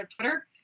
Twitter